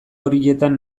horietan